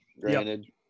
Granted